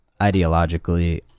ideologically